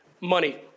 money